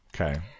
okay